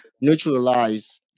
neutralize